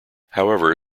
however